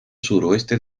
suroeste